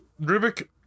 rubik